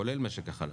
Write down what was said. כולל בעניין משק החלב,